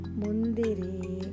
mundiri